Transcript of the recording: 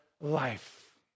life